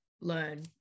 learn